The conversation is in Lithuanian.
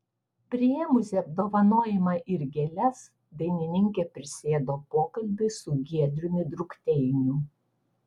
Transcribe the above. priėmusi apdovanojimą ir gėles dainininkė prisėdo pokalbiui su giedriumi drukteiniu